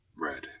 Red